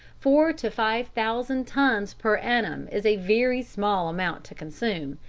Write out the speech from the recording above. four to five thousand tons per annum is a very small amount to consume.